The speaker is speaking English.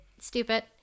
Stupid